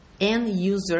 End-user